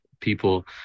people